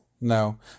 No